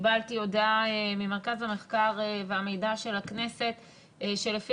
קיבלתי הודעה ממרכז המחקר והמידע של הכנסת שלפי